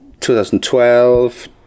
2012